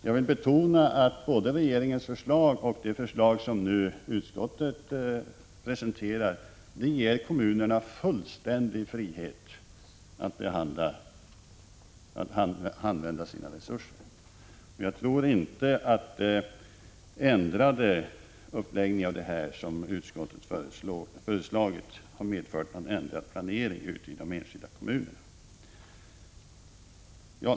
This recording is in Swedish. Jag vill betona att både regeringens förslag och det förslag som utskottet presenterar ger kommunerna fullständig frihet att använda sina resurser. Jag tror inte att den ändrade uppläggning som utskottet föreslagit har medfört någon ändrad planering ute i de enskilda kommunerna.